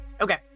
Okay